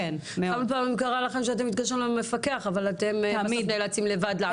כמה פעמים קרה לכם שאתם מתקשרים למפקח אבל אתם תמיד נאלצים לעשות לבד?